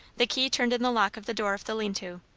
the key turned in the lock of the door of the lean-to,